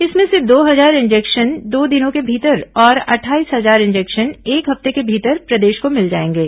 इसमें से दो हजार इंजेक्शन दो दिनों के भीतर और अट्ठाईस हजार इंजेक्शन एक हफ्ते के भीतर प्रदेश को मिल जाएंगे